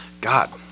God